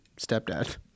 stepdad